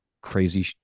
crazy